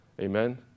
Amen